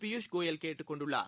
பியூஷ் கோயல் கேட்டுக் கொண்டுள்ளார்